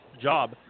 job